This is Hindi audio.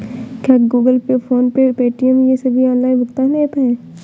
क्या Google pay PhonePe Paytm ये सभी ऑनलाइन भुगतान ऐप हैं?